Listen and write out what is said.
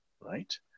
right